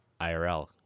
IRL